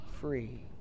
free